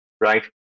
right